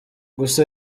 gusa